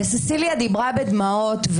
ססיליה דיברה בדמעות,